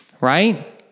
Right